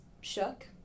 shook